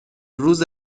روز